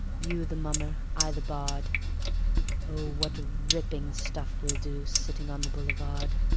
you the mummer, i the bard oh, what ripping stuff we'll do, sitting on the boulevard!